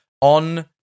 on